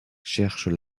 cherchent